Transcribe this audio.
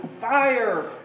fire